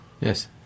Yes